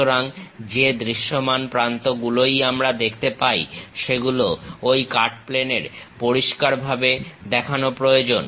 সুতরাং যে দৃশ্যমান প্রান্তগুলোই আমরা দেখতে পাই সেগুলো ঐ কাট প্লেনে পরিষ্কার ভাবে দেখানো প্রয়োজন